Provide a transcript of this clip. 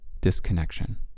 disconnection